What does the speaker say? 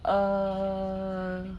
err